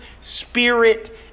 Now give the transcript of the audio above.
spirit